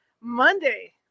Monday